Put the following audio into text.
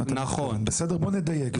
בוא נדייק.